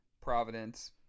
Providence